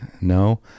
No